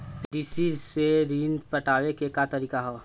PDC से ऋण पटावे के का तरीका ह?